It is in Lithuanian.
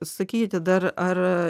sakykite dar ar